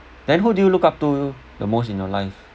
then who do you look up to the most in your life